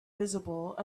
visible